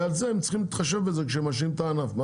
ועל זה הם צריכים להתחשב בזה כשהם משאירים את הענף.